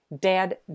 Dad